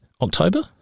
October